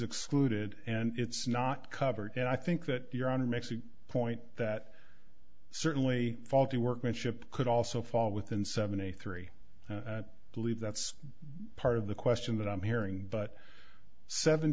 excluded and it's not covered and i think that makes the point that certainly faulty workmanship could also fall within seventy three believe that's part of the question that i'm hearing but seven